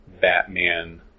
Batman